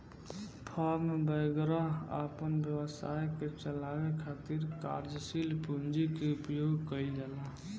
form वैगरह अपना व्यवसाय के चलावे खातिर कार्यशील पूंजी के उपयोग कईल जाला